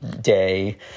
day